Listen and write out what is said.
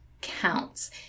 counts